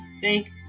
Thank